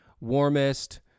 warmest